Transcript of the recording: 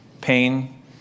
pain